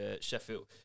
Sheffield